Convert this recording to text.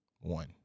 one